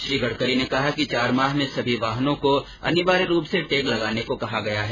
श्री गडकरी ने कहा कि चार माह में सभी वाहनों को अनिवार्य रूप से टैग लगाने को कहा गया है